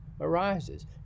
arises